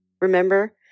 remember